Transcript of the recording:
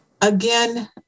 again